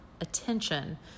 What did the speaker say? attention